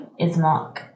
Ismark